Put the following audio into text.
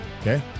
okay